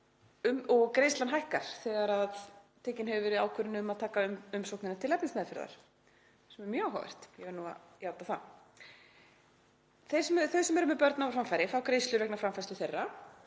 og greiðslan hækkar þegar tekin hefur verið ákvörðun um að taka umsóknina til efnismeðferðar, sem er mjög áhugavert, ég verð nú að játa það. Þeir sem eru með börn á framfæri fá greiðslur vegna framfærslu þeirra.